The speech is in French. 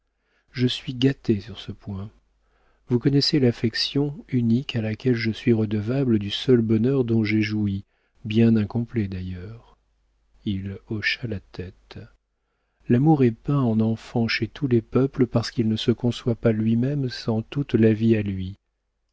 je suis gâté sur ce point vous connaissez l'affection unique à laquelle je suis redevable du seul bonheur dont j'aie joui bien incomplet d'ailleurs il hocha la tête l'amour est peint en enfant chez tous les peuples parce qu'il ne se conçoit pas lui-même sans toute la vie à lui